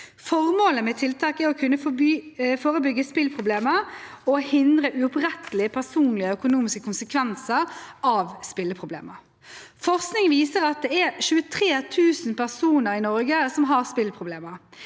Formålet med tiltaket er å kunne forebygge spilleproblemer og hindre uopprettelige personlige og økonomiske konsekvenser av spilleproblemer. Forskning viser at det er 23 000 personer i Norge som har spilleproblemer.